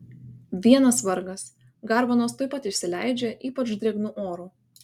vienas vargas garbanos tuoj pat išsileidžia ypač drėgnu oru